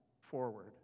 forward